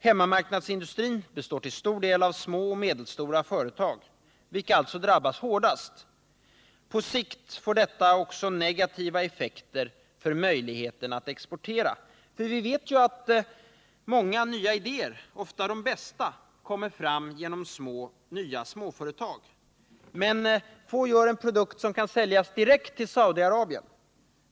Hemmamarknadsindustrin består till stor del av små och medelstora företag, vilka alltså drabbas hårdast. På sikt får detta också negativa effekter för möjligheten att exportera. Vi vet ju att många nya idéer — ofta de bästa — kommer fram genom nya småföretag. Men få gör en produkt som kan säljas direkt till Saudi-Arabien.